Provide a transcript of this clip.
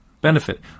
benefit